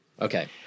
Okay